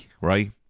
Right